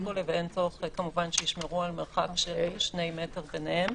ואין צורך שישמרו על מרחק 2 מטרים ביניהם.